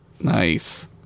Nice